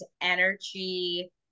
energy